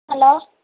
hello